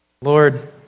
Lord